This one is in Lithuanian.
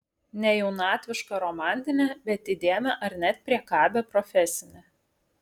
ne jaunatvišką romantinę bet įdėmią ar net priekabią profesinę